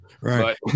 Right